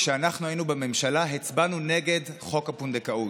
שכשאנחנו היינו בממשלה הצבענו נגד חוק הפונדקאות.